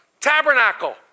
Tabernacle